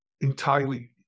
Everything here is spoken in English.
entirely